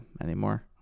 anymore